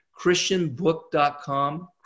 christianbook.com